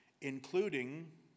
including